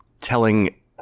telling